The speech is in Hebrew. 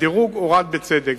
הדירוג הורד בצדק.